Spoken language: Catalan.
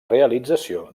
realització